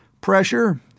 Pressure